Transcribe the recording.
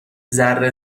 ذره